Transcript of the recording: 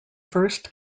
first